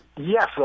Yes